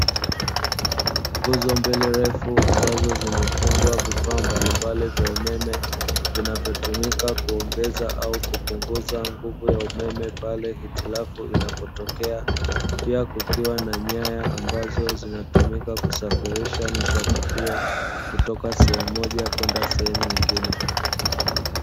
Nguzo mbili refu ambazo zimefungwa vifaa mbalimbali vya umeme vinavyotumika kuongeza au kupunguza nguvu ya umeme pale hitilafu inapotokea; pia kukiwa na nyaya ambazo zinatumika kusafirisha nishati hiyo kutoka sehemu moja kwenda sehemu nyingine.